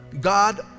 God